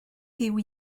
gyw